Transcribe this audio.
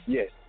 Yes